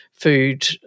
Food